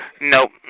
Nope